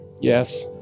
Yes